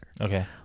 Okay